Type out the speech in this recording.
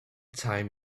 time